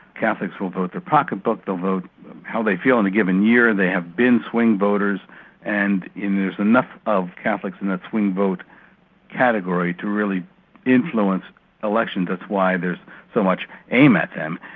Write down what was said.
catholics will vote their pocket book, they'll vote how they feel in the given year. they have been swing voters and in, there's enough of catholics in that swing vote category to really influence elections that's why there's so much aim at them.